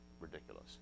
ridiculous